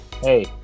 Hey